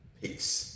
peace